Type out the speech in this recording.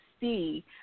see